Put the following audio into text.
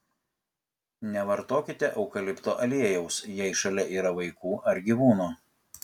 nevartokite eukalipto aliejaus jei šalia yra vaikų ar gyvūnų